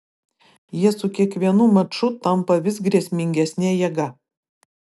jie su kiekvienu maču tampa vis grėsmingesne jėga